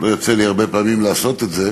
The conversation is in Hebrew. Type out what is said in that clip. ולא יוצא לי הרבה פעמים לעשות את זה,